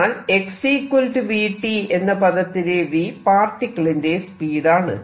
എന്നാൽ x vt എന്ന പദത്തിലെ v പാർട്ടിക്കിളിന്റെ സ്പീഡ് ആണ്